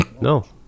No